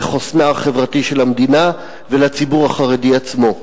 לחוסנה החברתי של המדינה ולציבור החרדי עצמו.